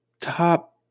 top